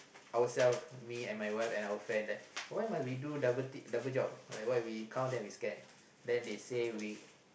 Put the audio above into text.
ourself me and my wife and our friend like why must we do double uh double job like why we count then we scan then they say we